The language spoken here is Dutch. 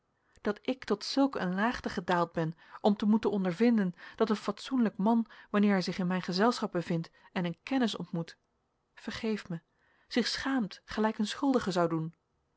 dat ik tot zulk een laagte gedaald ben om te moeten ondervinden dat een fatsoenlijk man wanneer hij zich in mijn gezelschap bevindt en een kennis ontmoet vergeef mij zich schaamt gelijk een schuldige zou doen